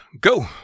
go